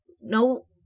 no